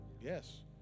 Yes